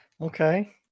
okay